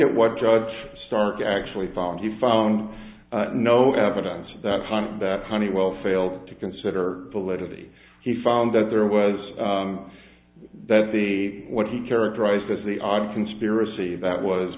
at what judge stark actually found he found no evidence of that one that honeywell failed to consider validity he found that there was that the what he characterized as the odd conspiracy that was